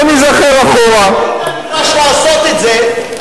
השר גלעד ארדן,